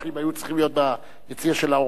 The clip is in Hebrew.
היו צריכים להיות ביציע של האורחים,